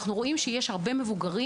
אנחנו רואים שיש הרבה מבוגרים.